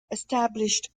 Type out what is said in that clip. established